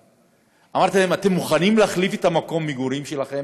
אמרתי להם: אתם מוכנים להחליף את מקום המגורים שלכם?